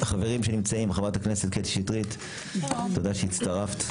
חברת הכנסת קטי שטרית, תודה שהצטרפת.